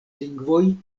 lingvoj